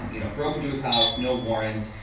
you know, broke into his house. no warrant.